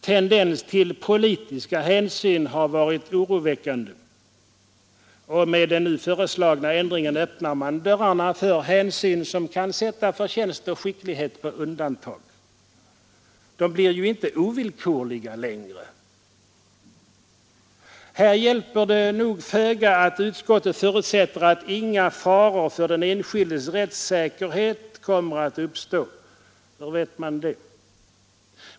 Tendens till politiska hänsyn har varit oroväckande, och med den nu föreslagna ändringen öppnar man dörrarna för hänsyn som kan sätta förtjänst och skicklighet på undantag. De blir ju inte ovillkorliga längre. Här hjälper det nog föga att utskottet förutsätter ”att inga faror för den enskildes rättssäkerhet kommer att uppstå”. Hur vet man det?